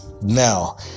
now